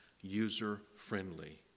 user-friendly